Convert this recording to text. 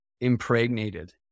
impregnated